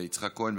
יצחק כהן.